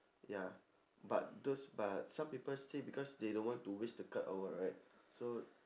ya but those but some people still because they don't want to waste the card or what right so